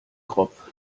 kropf